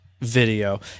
video